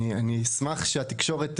אני אשמח שהתקשורת,